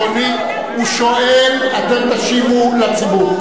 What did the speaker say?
הוא שואל, אתם תשיבו לציבור.